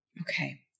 Okay